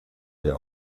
der